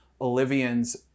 Olivians